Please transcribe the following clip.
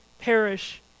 perish